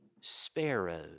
sparrows